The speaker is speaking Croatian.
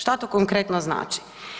Šta to konkretno znači?